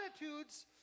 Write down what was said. attitudes